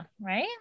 Right